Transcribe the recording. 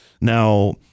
now